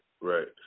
right